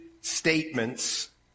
statements